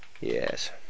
Yes